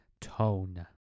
tone